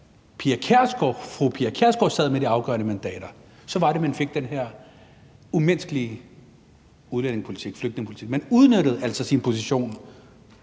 da fru Pia Kjærsgaard sad med de afgørende mandater, var det, at man fik den her umenneskelige udlændingepolitik, flygtningepolitik. Man udnyttede altså sin position